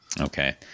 Okay